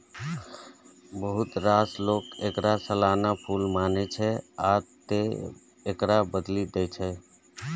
बहुत रास लोक एकरा सालाना फूल मानै छै, आ तें एकरा बदलि दै छै